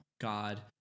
God